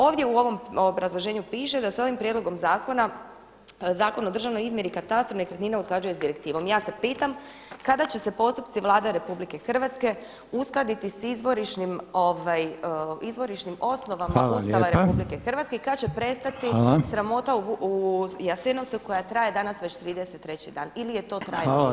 Ovdje u ovom obrazloženju piše da se ovim prijedlogom zakona, Zakon o državnoj izmjeri i katastru nekretnina usklađuje sa direktivom, ja se pitam kada će se postupci Vlade RH uskladiti s izvorišnim osnovama Ustava RH [[Upadica Reiner: Hvala lijepa.]] i kada će prestati sramota u Jasenovcu koja traje danas već 33. dan ili je to trajno rješenje.